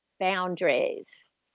boundaries